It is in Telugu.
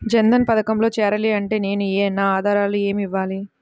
జన్ధన్ పథకంలో చేరాలి అంటే నేను నా ఆధారాలు ఏమి ఇవ్వాలి?